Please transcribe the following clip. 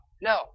No